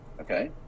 okay